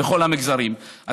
מכל המגזרים.